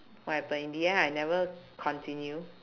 what happen in the end I never continue